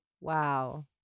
Wow